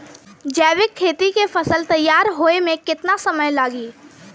जैविक खेती के फसल तैयार होए मे केतना समय लागी?